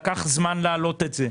לקח זמן להעלות את זה,